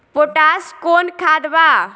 Potash कोउन खाद बा?